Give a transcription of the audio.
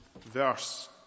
verse